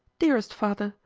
dearest father,